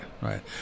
right